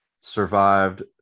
Survived